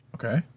Okay